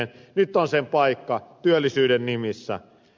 nyt on sen paikka työllisyyden nimissä